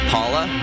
Paula